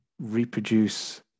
reproduce